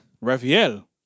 Raphael